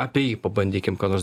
apie jį pabandykim ką nors